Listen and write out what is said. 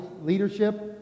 leadership